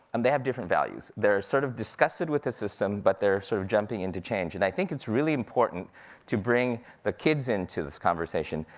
um they have different values. they're sort of disgusted with the system, but they're sort of jumping into change. and i think it's really important to bring the kids into this conversation,